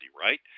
right